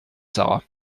sara